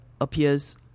appears